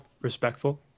respectful